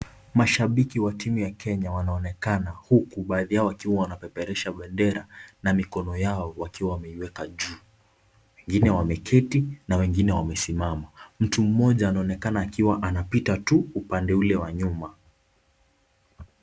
Mashabiki wa timu ya Kenya wanaonekana huku baadhi yao wakiwa wanapeperusha bendera na mikono yao wakiwa wameiweka juu , wengine wameketi na wengine wamesimama, mtu mmoja anaonekana akiwa anapita tu upande ule wa nyuma.